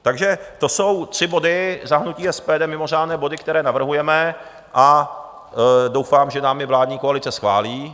Takže to jsou tři body za hnutí SPD, mimořádné body, které navrhujeme, a doufám, že nám je vládní koalice schválí.